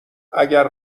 اگر